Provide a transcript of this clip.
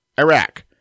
Iraq